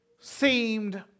seemed